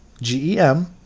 G-E-M